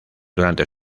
durante